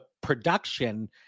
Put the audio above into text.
production